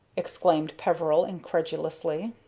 exclaimed peveril, incredulously.